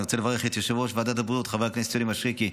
אני רוצה לברך את יושב-ראש ועדת הבריאות חבר כנסת יוני מישרקי,